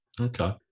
Okay